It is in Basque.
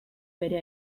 bere